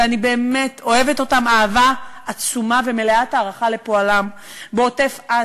ואני באמת אוהבת אותם אהבה עצומה ומלאה הערכה לפועלם בעוטף-עזה,